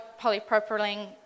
polypropylene